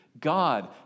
God